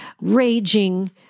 raging